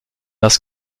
das